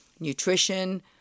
Nutrition